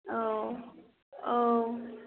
औ औ